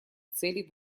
целей